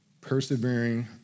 persevering